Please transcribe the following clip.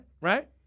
Right